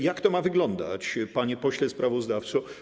Jak to ma wyglądać, panie pośle sprawozdawco?